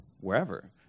wherever